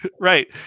right